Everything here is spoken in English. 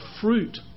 fruit